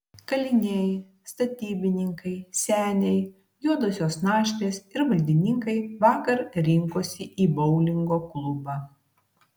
kaliniai statybininkai seniai juodosios našlės ir valdininkai vakar rinkosi į boulingo klubą